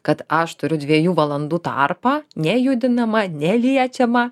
kad aš turiu dviejų valandų tarpą nejudinama neliečiama